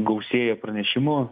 gausėja pranešimų